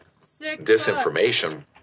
disinformation